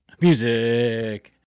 music